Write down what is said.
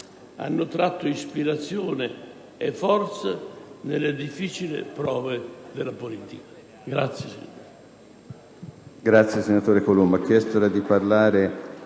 hanno tratto ispirazione e forza nelle difficili prove della politica.